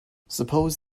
suppose